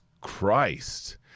Christ